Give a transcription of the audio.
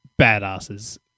badasses